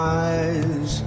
eyes